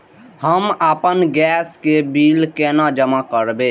हम आपन गैस के बिल केना जमा करबे?